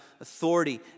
authority